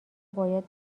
باید